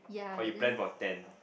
or you plan for ten